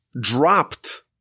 dropped